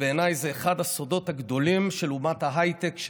בעיניי זה אחד הסודות הגדולים של אומת ההייטק,